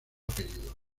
apellido